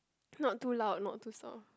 not too loud not too soft